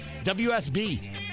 WSB